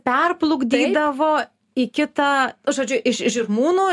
perplukdydavo į kitą žodžiu iš žirmūnų